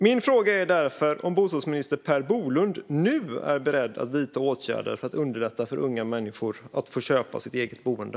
Min fråga är därför om bostadsminister Per Bolund nu är beredd att vidta åtgärder för att underlätta för unga människor att köpa sitt eget boende.